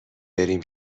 بریم